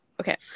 Okay